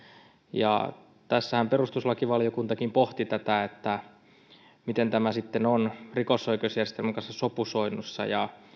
ja tässähän perustuslakivaliokuntakin pohti tätä miten tämä sitten on rikosoikeusjärjestelmän kanssa sopusoinnussa ja